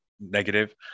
negative